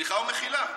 סליחה ומחילה.